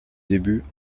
débuts